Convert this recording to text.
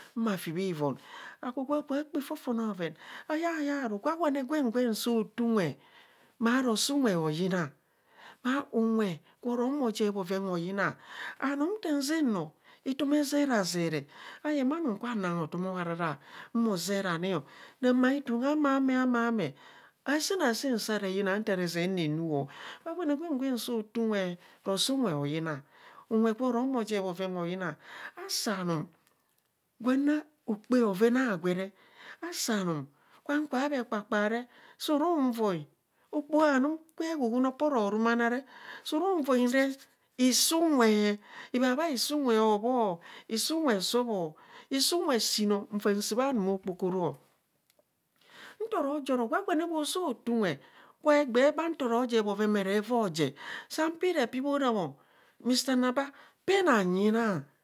Ma fi bhi von agwo gwa kubho kpaa fofone bhoven ayaya aro gwagwa gwen gwen soo tuu nwe ma rosee unwe hoyina ma unwe gwo ro humo jer bhovrn hoyina anum nta zaa no etoma ezerazere ayemo anum kabha nang hatom aharara mo zerani rama tum name homee asaan asaan saa razing ntara zeng renuu, gwagwa ne gwen gwen soo tuu nwe rosee unwe hoyina unwe gwo ro humo ojer bhoven hoyina asi anum gwa ro okpaa bhoven agweee asi anum gwa ka bee kpakpaa re suu ru voi okpoho anum gwe huhun apoo rorumana re suu ru voi reb isee unwe ikhabha isuu nwe hobhoo isuu nnwe soob isuu nwe shiino nvaa saa numo okpokoro ntoro joro gwagwa ne gwo soo taa unwe egbee baa ntoro jer bhoven mere evai ojer saa pi re pi hoo ra bung mr. Anaba pen hanyina